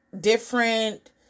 different